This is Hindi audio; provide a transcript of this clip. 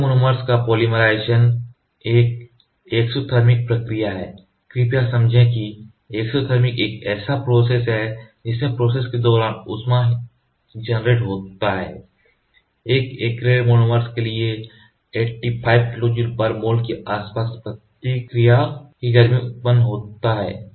SL मोनोमर्स का पॉलीमराइज़ेशन एक एक्ज़ोथिर्मिक प्रतिक्रिया है कृपया समझें कि एक्ज़ोथिर्मिक एक ऐसा प्रोसेस है जिसमें प्रोसेस के दौरान उस्मा जनरेट होता है एक ऐक्रेलिक मोनोमर के लिए 85 kJmol के आसपास प्रतिक्रिया की गर्मी उत्पन्न होता है